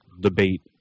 debate